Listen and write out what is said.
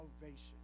salvation